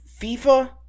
FIFA